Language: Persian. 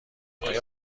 آیا